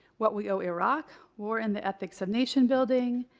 what we owe iraq war and the ethics of nation building,